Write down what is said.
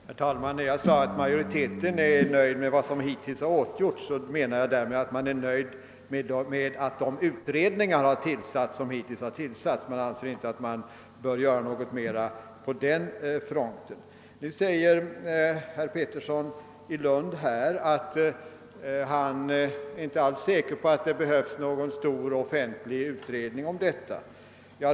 Herr talman! När jag sade att utskottsmajoriteten är nöjd med vad som hittills har åtgjorts, menade jag, att man är nöjd med de utredningar, som hittills har igångsatts. Man anser alltså inte att man behöver göra något mera på den fronten. Herr Pettersson i Lund är inte alls säker på att det behövs någon stor offentlig utredning om detta.